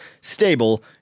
stable